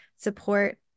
support